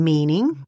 Meaning